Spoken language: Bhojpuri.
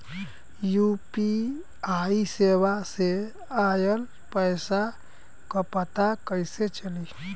यू.पी.आई सेवा से ऑयल पैसा क पता कइसे चली?